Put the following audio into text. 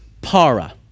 para